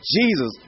Jesus